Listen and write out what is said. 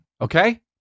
okay